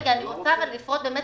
רגע, אני רוצה לפרט כדי